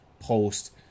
post